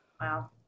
Wow